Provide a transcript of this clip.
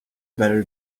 better